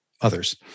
others